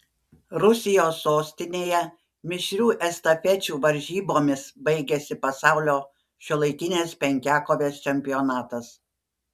rusijos sostinėje mišrių estafečių varžybomis baigėsi pasaulio šiuolaikinės penkiakovės čempionatas